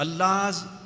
Allah's